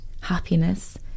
happiness